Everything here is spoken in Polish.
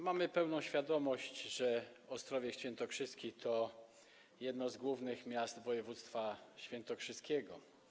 Mamy pełną świadomość, że Ostrowiec Świętokrzyski to jedno z głównych miast województwa świętokrzyskiego.